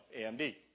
AMD